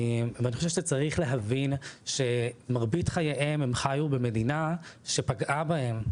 ואני חושב שצריך להבין שמרבית חייהם הם חיו במדינה שפגעה בהם,